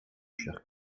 cher